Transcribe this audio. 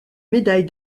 médaille